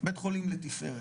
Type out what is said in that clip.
בית חולים לתפארת,